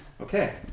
Okay